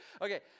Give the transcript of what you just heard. Okay